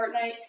Fortnite